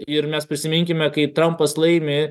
ir mes prisiminkime kai trampas laimi